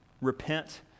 repent